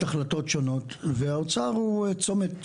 החלטות שונות והאוצר הוא צומת קריטי.